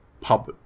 pub